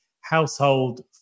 household